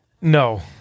No